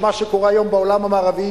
של מה שקורה היום בעולם המערבי,